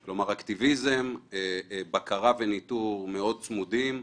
כלומר, אקטיביזם, בקרה וניטור מאוד צמודים.